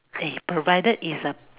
eh provided is a